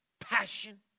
passion